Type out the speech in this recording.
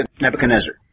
Nebuchadnezzar